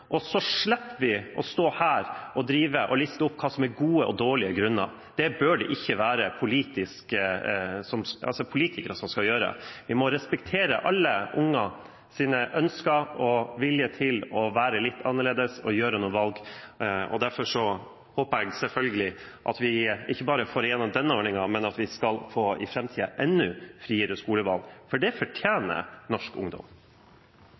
og så slipper vi å stå her og drive å liste opp hva som er gode og dårlige grunner. Det bør det ikke være politikere som skal gjøre. Vi må respektere alle unges ønsker og deres vilje til å være litt annerledes og gjøre noen valg. Derfor håper jeg selvfølgelig at vi ikke bare får gjennom denne ordningen, men at vi i framtiden skal få enda friere skolevalg. Det fortjener norsk ungdom.